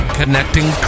connecting